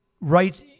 right